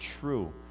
true